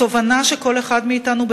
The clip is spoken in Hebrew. התובנה שכל אחד מאתנו,